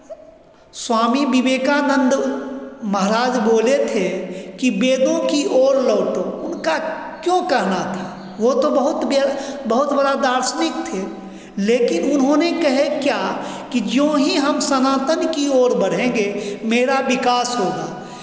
स्वामी विवेकानंद महाराज बोले थे कि वेदों की ओर लौटो उनका क्यों कहना था वो तो बहुत ब्यर बहुत बड़ा दार्शनिक थे लेकिन उन्होंने कहे क्या कि ज्यों ही हम सनातन की ओर बढ़ेंगे मेरा विकास होगा